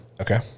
Okay